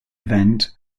event